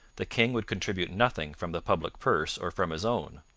the king would contribute nothing from the public purse or from his own.